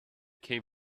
came